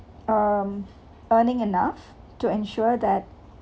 um earning enough to ensure that